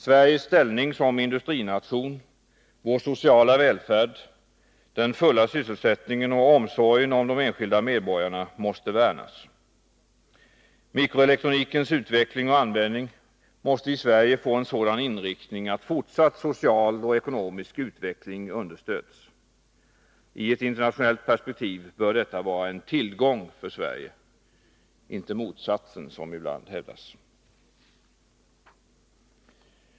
Sveriges ställning som industrination, vår sociala välfärd, den fulla sysselsättningen och omsorgen om de enskilda medborgarna måste värnas. Mikroelektronikens utveckling och användning måste i Sverige få en sådan inriktning att fortsatt social och ekonomisk utveckling understöds. I ett internationellt perspektiv bör detta vara en tillgång för Sverige — inte motsatsen, som ibland hävdas.